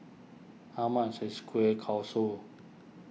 how much is Kueh Kosui